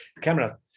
camera